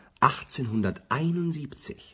1871